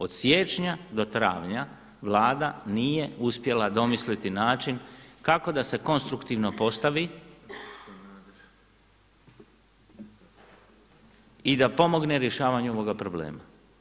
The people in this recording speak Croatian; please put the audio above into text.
Od siječnja do travnja Vlada nije uspjela domisliti način kako da se konstruktivno postavi i da pomogne u rješavanju ovoga problema.